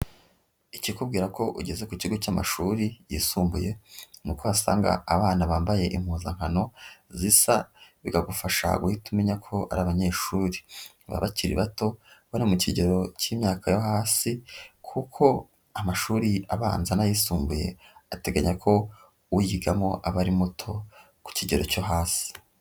Ikikubwira ko ugeze ku kigo cy'amashuri yisumbuye ni uko wasanga abana bambaye impuzankano zisa, bikagufasha guhita umenya ko ari abanyeshuri, baba bakiri bato bari mu kigero k'imyaka yo hasi kuko amashuri abanza n'ayisumbuye ateganya ko uyigamo aba ari muto ku kigero cyo hasi.